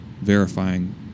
verifying